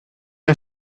que